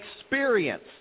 experience